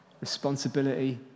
responsibility